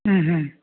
ꯎꯝ